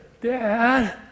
Dad